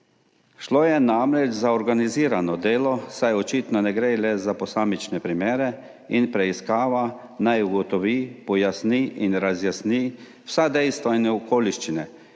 Šlo je namreč za organizirano delo, saj očitno ne gre le za posamične primere in preiskava naj ugotovi, pojasni in razjasni vsa dejstva in okoliščine